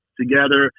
together